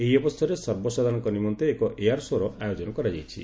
ଏହି ଅବସରରେ ସର୍ବସାଧାରଣଙ୍କ ନିମନ୍ତେ ଏକ ଏୟାର ଶୋ'ର ଆୟୋଜନ କରାଯାଇଛି